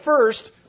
first